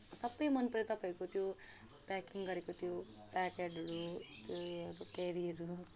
सबै मन पऱ्यो तपाईँको त्यो प्याकिङ गरेको त्यो प्याकेटहरू त्योहरू क्यारीहरू